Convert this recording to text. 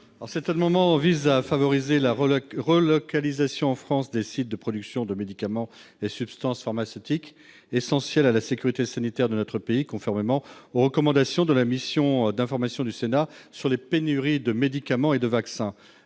Cet amendement vise à favoriser la relocalisation en France de sites de production de médicaments et substances pharmaceutiques essentiels à la sécurité sanitaire de notre pays, conformément aux recommandations de la mission d'information du Sénat sur la pénurie de médicaments et de vaccins.